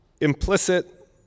implicit